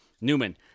Newman